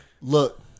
Look